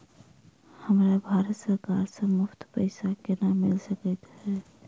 हमरा भारत सरकार सँ मुफ्त पैसा केना मिल सकै है?